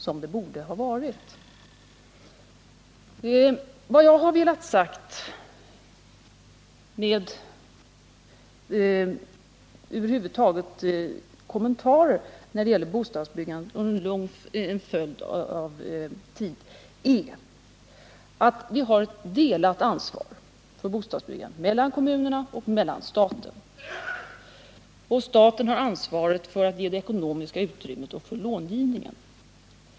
Vad jag velat framhålla när det gäller de kommentarer som lämnas i fråga om utvecklingen på bostadsbyggandets område är att vi har ett delat ansvar för bostadsbyggandet. Det är delat mellan kommunerna och staten. Staten har därvid ansvaret för att ge det ekonomiska utrymmet och för långivningen.